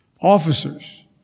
Officers